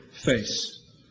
face